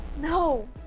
no